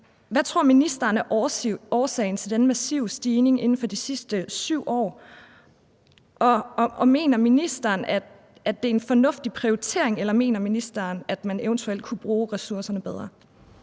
Hvad tror ministeren er årsagen til den massive stigning inden for de sidste 7 år? Og mener ministeren, at det er en fornuftig prioritering, eller mener ministeren, at man eventuelt kunne bruge ressourcerne bedre?